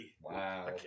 Wow